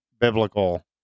biblical